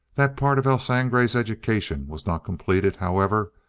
that part of el sangre's education was not completed, however,